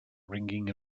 ringing